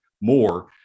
more